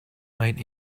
might